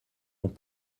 ont